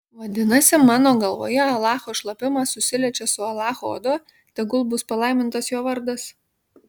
vadinasi mano galvoje alacho šlapimas susiliečia su alacho oda tegul bus palaimintas jo vardas